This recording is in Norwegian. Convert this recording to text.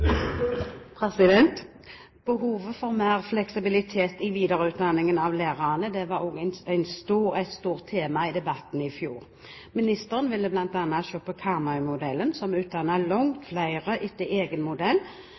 Behovet for mer fleksibilitet i videreutdanningen av lærerne var også et stort tema i debatten i fjor. Ministeren ville bl.a. se på modellen fra Karmøy, der man utdannet langt flere etter egen modell